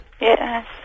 Yes